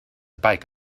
bike